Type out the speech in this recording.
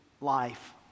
life